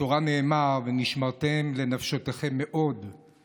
בתורה נאמר "ונשמרתם מאד לנפשתיכם" מאוד,